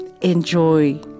Enjoy